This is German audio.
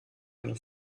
eine